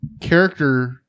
character